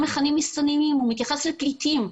מכנים מסתננים אלא הוא מתייחס לפליטים.